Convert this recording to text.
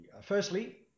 Firstly